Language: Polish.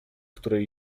której